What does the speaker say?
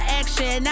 action